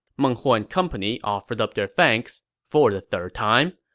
meng huo and company offered up their thanks, for the third time,